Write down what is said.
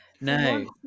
no